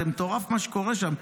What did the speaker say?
זה מטורף מה שקורה שם.